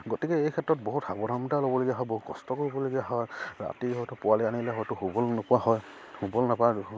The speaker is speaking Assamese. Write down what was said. গতিকে এই ক্ষেত্ৰত বহুত সাৱধানতা ল'বলগীয়া হয় বহুত কষ্ট কৰিবলগীয়া হয় ৰাতি হয়তো পোৱালি আনিলে হয়তো শুবলৈ নোপোৱা হয় শুবলৈ নাপায়